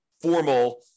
formal